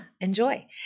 enjoy